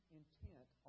intent